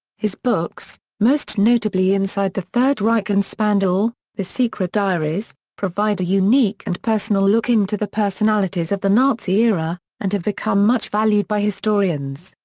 his books, most notably inside the third reich and spandau the secret diaries, provide a unique and personal look into the personalities of the nazi era, and have become much valued by historians.